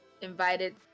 invited